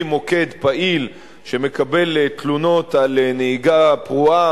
מוקד פעיל שמקבל תלונות על נהיגה פרועה,